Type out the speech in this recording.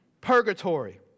Purgatory